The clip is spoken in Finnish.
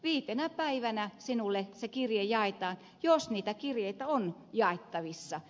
viitenä päivänä sinulle se kirje jaetaan jos niitä kirjeitä on jaettavissa